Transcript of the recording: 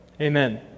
Amen